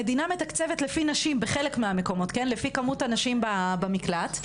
המדינה מתקצבת בחלק מהמקומות לפי כמות הנשים במקלט,